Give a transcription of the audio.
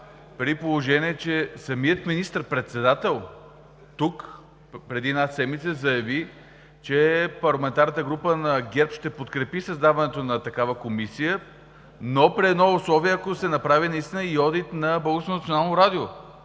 при положение че самият министър-председател тук преди една седмица заяви, че парламентарната група на ГЕРБ ще подкрепи създаването на такава комисия, но при едно условие, ако се направи наистина и одит на